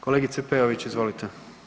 Kolegice Peović, izvolite.